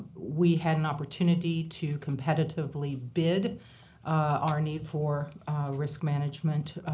we had an opportunity to competitively bid our need for risk management